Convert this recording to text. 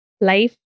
life